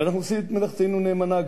ואנחנו עושים את מלאכתנו נאמנה.